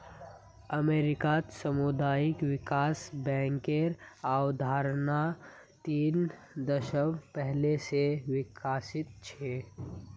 अमेरिकात सामुदायिक विकास बैंकेर अवधारणा तीन दशक पहले स विकसित छ